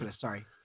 sorry